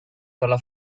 dalla